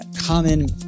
common